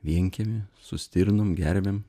vienkiemy su stirnom gervėm